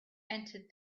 entered